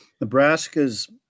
Nebraska's